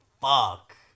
Fuck